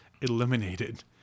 eliminated